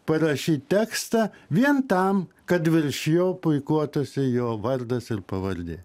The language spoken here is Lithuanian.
parašyt tekstą vien tam kad virš jo puikuotųsi jo vardas ir pavardė